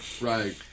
Right